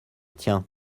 tiens